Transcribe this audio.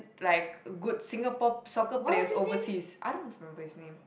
like good Singapore soccer player overseas I don't remember his name